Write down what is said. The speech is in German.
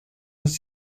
das